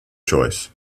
choice